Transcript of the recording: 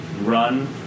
run